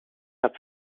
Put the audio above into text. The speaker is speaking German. hat